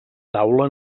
taula